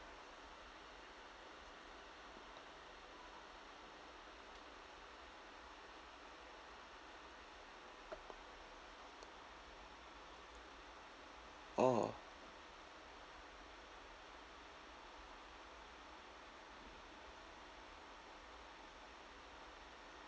oh